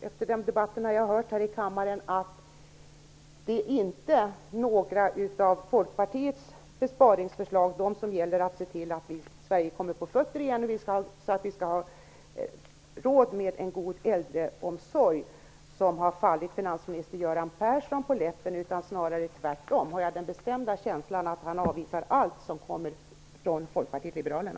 Efter de debatter som jag har hört här i kammaren kan jag inte påminna mig att några av Folkpartiets besparingsförslag som gäller att man skall se till att Sverige kommer på fötter igen, så att vi skall ha råd med en god äldreomsorg, har fallit finansminister Göran Persson på läppen. Tvärtom har jag den bestämda känslan av att han avvisar allt som kommer från Folkpartiet liberalerna.